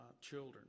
children